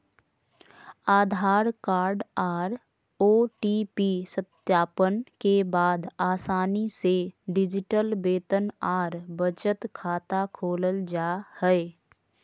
आधार card आर OTP सत्यापन के बाद आसानी से डिजिटल वेतन आर बचत खाता खोलल जा हय